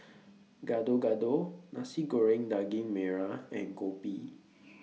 Gado Gado Nasi Goreng Daging Merah and Kopi